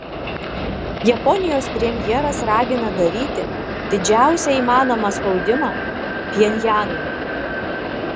japonijos premjeras ragina daryti didžiausią įmanomą spaudimą pchenjanui